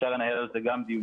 אפשר לנהל על זה גם דיון,